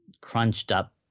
crunched-up